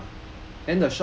ah